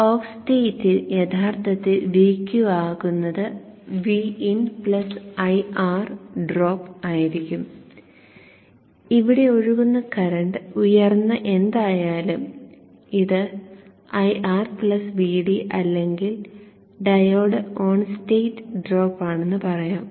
അതിനാൽ ഓഫ് സ്റ്റേറ്റിൽ യഥാർത്ഥത്തിൽ Vq ആകുന്നത് Vin IR ഡ്രോപ്പ് ആയിരിക്കും ഇവിടെ ഒഴുകുന്ന കറന്റ് ഉയർന്ന എന്തായാലും ഇത് IR Vd അല്ലെങ്കിൽ ഡയോഡ് ഓൺ സ്റ്റേറ്റ് ഡ്രോപ്പ് ആണെന്ന് പറയാം